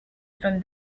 from